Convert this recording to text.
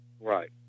Right